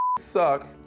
suck